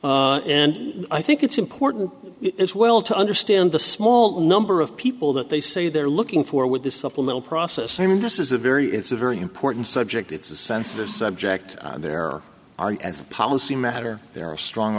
ohio and i think it's important as well to understand the small number of people that they say they're looking for with this supplemental process i mean this is a very it's a very important subject it's a sensitive subject there are as a policy matter there are strong